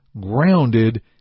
grounded